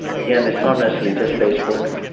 again, it's not necessarily just facebook,